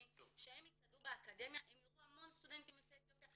שהם יצעדו באקדמיה הם יראו המון סטודנטים יוצאי אתיופיה,